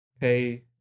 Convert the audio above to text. pay